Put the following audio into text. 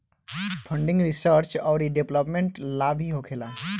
funding research औरी development ला भी होखेला